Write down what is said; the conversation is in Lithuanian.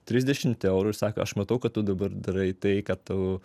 trisdešimt eurų ir sako aš matau kad tu dabar darai tai kad tu